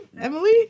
Emily